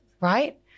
right